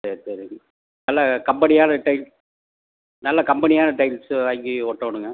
சரி சரிங்க நல்ல கம்பெனியான டைல்ஸ் நல்ல கம்பெனியான டைல்ஸ்ஸு வாங்கி ஒட்டணுங்க